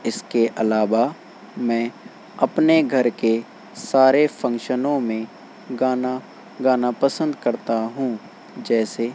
اس کے علاوہ میں اپنے گھر کے سارے فنکشنوں میں گانا گانا پسند کرتا ہوں جیسے